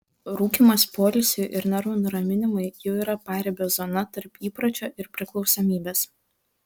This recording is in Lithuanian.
rūkymas poilsiui ir nervų nuraminimui jau yra paribio zona tarp įpročio ir priklausomybės